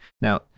Now